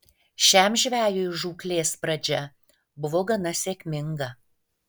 šiam žvejui žūklės pradžia buvo gana sėkminga